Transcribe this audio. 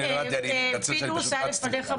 פינדרוס היה לפניך,